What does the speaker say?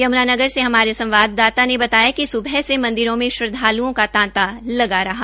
यम्नानगर से हमारे संवाददाता ने बताया कि स्बह से मंदिरों में श्रद्वाल्ओ का तांता लगा रहा